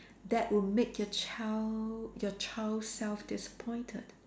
that will make your child your child self disappointed